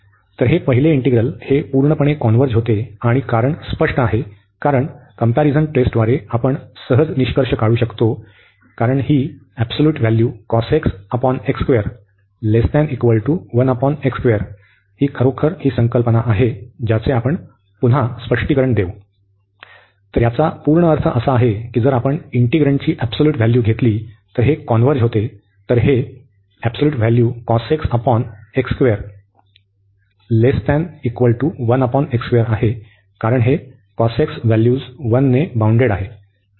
तर हे पहिले इंटिग्रल हे पूर्णपणे कॉन्व्हर्ज होते आणि कारण स्पष्ट आहे कारण कम्पॅरिझन टेस्टद्वारे आपण सहजपणे निष्कर्ष काढू शकतो कारण ही ही खरोखर ही संकल्पना तर याचा पूर्ण अर्थ असा आहे की जर आपण इंटिग्रन्टची अबसोल्यूट व्हॅल्यू घेतली तर हे कॉन्व्हर्ज होते तर हे कारण हे cos x व्हॅल्यूज 1 ने बाउंडेड आहेत